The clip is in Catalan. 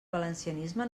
valencianisme